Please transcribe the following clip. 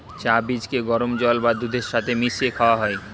চা বীজকে গরম জল বা দুধের সাথে মিশিয়ে খাওয়া হয়